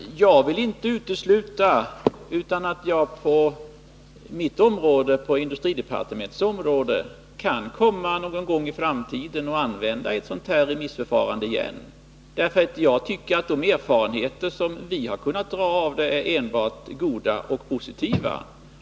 Herr talman! Jag vill inte utesluta att jag någon gång i framtiden på industridepartementets område kan komma att använda ett sådant här remissförfarande igen, därför att jag anser att de erfarenheter som vi har fått av detta är enbart goda och positiva.